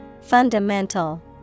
Fundamental